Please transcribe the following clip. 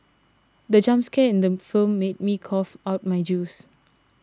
the jump scare in the film made me cough out my juice